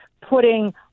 putting